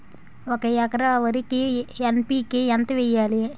ఒక ఎకర వరికి N P K ఎంత వేయాలి?